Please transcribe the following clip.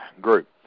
group